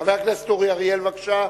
חבר הכנסת אורי אריאל, בבקשה.